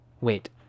Wait